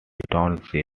township